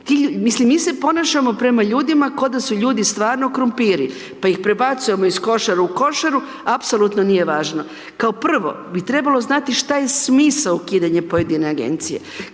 mislim, mi se ponašamo prema ljudima kao da su ljudi stvarno krumpiri pa ih prebacujemo iz košare u košaru, apsolutno nije važno. Kao prvo bi trebalo znati šta je smisao ukidanja pojedine agencije.